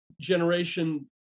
Generation